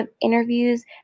interviews